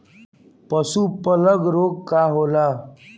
पशु प्लग रोग का होखे?